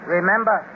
Remember